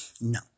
No